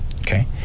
Okay